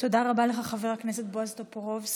תודה רבה לך, חבר הכנסת בועז טופורובסקי.